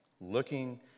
looking